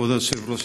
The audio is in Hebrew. כבוד היושב-ראש,